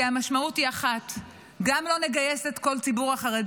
כי המשמעות היא אחת: גם לא נגייס את כל ציבור החרדים,